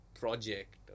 project